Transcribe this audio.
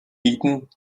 eaten